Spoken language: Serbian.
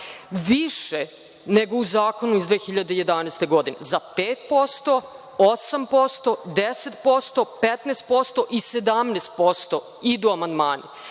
više nego u zakonu iz 2011. godine, za 5%, 8%, 10%, 15% i 17% idu amandmani.